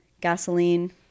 gasoline